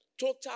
Total